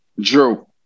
Drew